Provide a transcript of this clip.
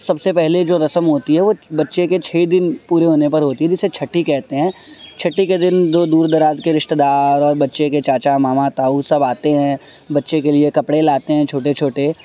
سب سے پہلے جو رسم ہوتی ہے وہ بچے کے چھ دن پورے ہونے پر ہوتی ہے جسے چھٹی کہتے ہیں چھٹی کے دن دو دور دراز کے رشتے دار اور بچے کے چاچا ماما تاؤ سب آتے ہیں بچے کے لیے کپڑے لاتے ہیں چھوٹے چھوٹے